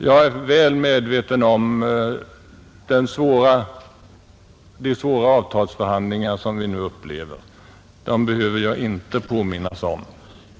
Jag är väl medveten om de svåra avtalsförhandlingar som vi nu upplever — dem behöver jag inte påminnas om.